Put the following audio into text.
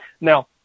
Now